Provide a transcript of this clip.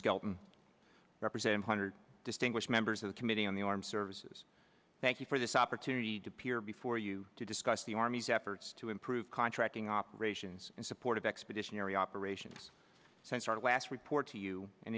skelton represent hundred distinguished members of the committee on the armed services thank you for this opportunity to pier before you to discuss the army's efforts to improve contracting operations in support of expeditionary operations since our last report to you